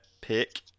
pick